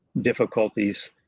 difficulties